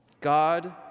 God